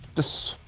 this.